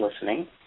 listening